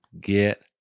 get